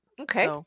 Okay